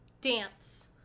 dance